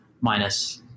minus